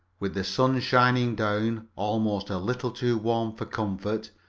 with the sun shining down almost a little too warm for comfort,